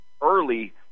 Early